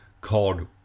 called